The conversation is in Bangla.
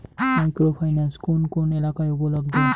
মাইক্রো ফাইন্যান্স কোন কোন এলাকায় উপলব্ধ?